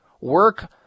work